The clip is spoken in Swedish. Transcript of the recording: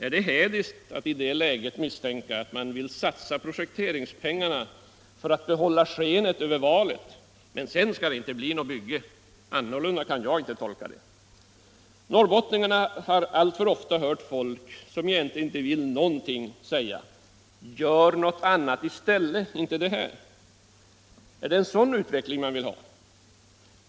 Är det hädiskt att i det läget misstänka att man vill satsa projekteringspengarna för att behålla skenet över valet, men sen skall det inte bli något bygge? Annorlunda kan jag inte tolka det. Norrbottningarna har alltför ofta hört folk, som egentligen inte vill göra någonting, säga: Gör något annat i stället. Är det en sådan utveckling man vill ha?